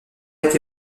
été